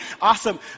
Awesome